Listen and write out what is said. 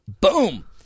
Boom